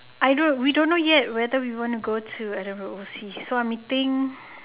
I don't we don't know yet whether we want to go to adam road will see so I'm meeting